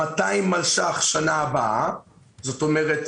200 מיליון שקלים בשנה הבאה - זאת אומרת,